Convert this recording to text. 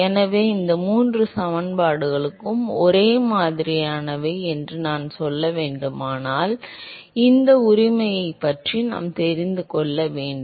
எனவே இந்த மூன்று சமன்பாடுகளும் ஒரே மாதிரியானவை என்று நான் சொல்ல வேண்டுமானால் இந்த உரிமையைப் பற்றி நான் தெரிந்து கொள்ள வேண்டும்